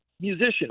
musician